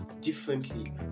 differently